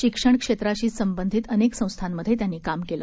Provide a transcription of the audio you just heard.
शिक्षण क्षेत्राशी संबंधित अनेक संस्थांमध्ये त्यांनी काम केलं